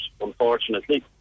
unfortunately